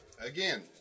again